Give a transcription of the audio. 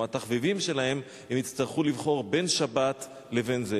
התחביבים שלהם הם יצטרכו לבחור בין שבת לבין זה,